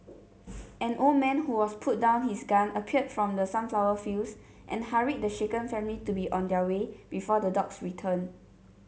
an old man who was putting down his gun appeared from the sunflower fields and hurried the shaken family to be on their way before the dogs return